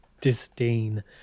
disdain